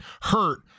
hurt